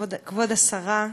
כבוד השרה,